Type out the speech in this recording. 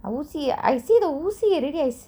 ah ஊசி:oosi I see the ஊசி:oosi already I see